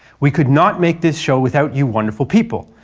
we could not make this show without you wonderful people.